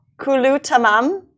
Kulutamam